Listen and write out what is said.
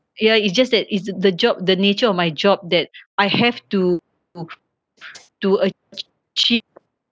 ya it's just that it's the job the nature of my job that I have to to achieve